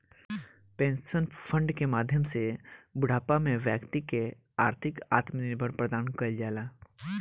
pension fund के माध्यम से बूढ़ापा में बैक्ति के आर्थिक आत्मनिर्भर प्रदान कईल जाला